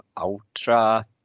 ultra